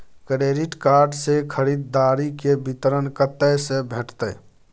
Credit card से खरीददारी के विवरण कत्ते से भेटतै?